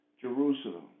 Jerusalem